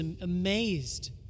amazed